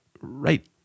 right